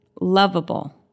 lovable